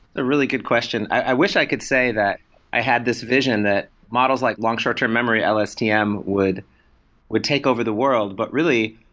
a really good question. i wish i could say that i had this vision that models like long short-term memory, lstm, would would take over the world. but really,